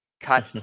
cut